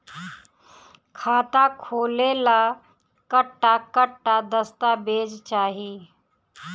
खाता खोले ला कट्ठा कट्ठा दस्तावेज चाहीं?